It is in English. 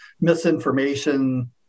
misinformation